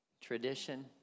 tradition